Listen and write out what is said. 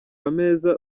ameza